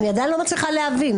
אני עדיין לא מצליחה להבין,